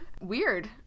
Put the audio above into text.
weird